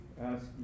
ask